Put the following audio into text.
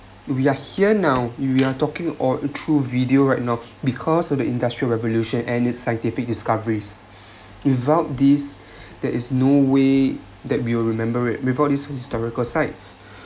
we are here now we are talking or through video right now because of the industrial revolution and it's scientific discoveries without these there is no way that we will remember it before these historical sites